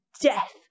death